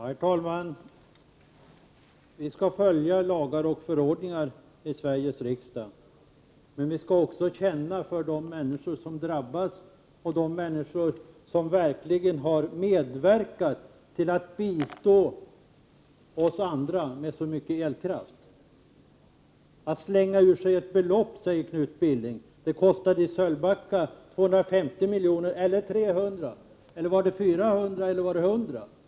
Herr talman! Vi skall följa lagar och förordningar i Sveriges riksdag, men vi skall också känna för de människor som drabbas och de människor som verkligen har medverkat till att ge oss andra så mycket elkraft. Knut Billing talar om att slänga ut ett belopp. Det kostar i Sölvbacka 250 milj.kr. Eller var det 300 miljoner, 400 miljoner eller 100 miljoner?